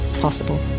possible